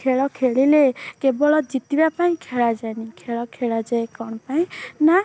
ଖେଳ ଖେଳିଲେ କେବଳ ଜିତିବା ପାଇଁ ଖେଳା ଯାଏନି ଖେଳ ଖେଳାଯାଏ କ'ଣ ପାଇଁ ନା